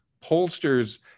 pollsters